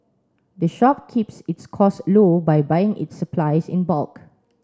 the shop keeps its costs low by buying its supplies in bulk